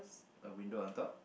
a window on top